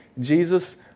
Jesus